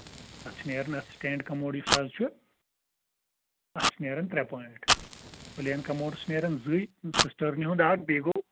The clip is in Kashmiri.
اَتھ چھِ نیران یُس سِٹینٛڈ کَموڈ وٕنکیس حظ چھُ اَتھ چھِ نیران ترے پویِنٹ پٕلین کَموڈس چھِ نیران زٕے سِسٹرٕنی ہُنٛد اکھ بیٚیہِ گوٚو